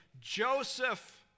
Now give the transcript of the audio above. Joseph